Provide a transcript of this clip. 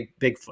Bigfoot